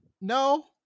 No